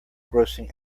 grossing